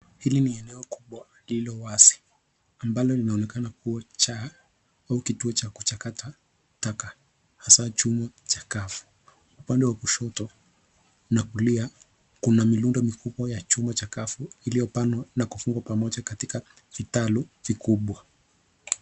Hili ni eneo kubwa lililowazi ambalo linaonekana kuwa chaa au kituo cha kuchakata taka hasa chuma cha kafu. Upande wa kushoto na kulia, kuna mirundo mikubwa ya chuma cha kafu iliyopangwa na kufungwa pamoja katika vitaru vikubwa.